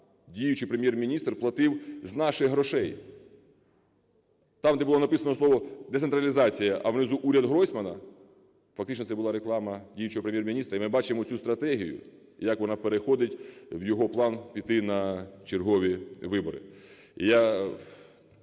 діючий Прем'єр-міністр платив з наших грошей. Там, де було написано слово "децентралізація", а внизу "уряд Гройсмана", фактично це була реклама діючого Прем'єр-міністра. І ми бачимо цю стратегію, як вона переходить в його план піти на чергові вибори.